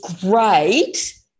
great